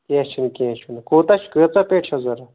کیٚنٛہہ چھُنہٕ کیٚنٛہہ چھُنہٕ کوتاہ کأژاہ پییٚٹہِ چھَو ضروٗرت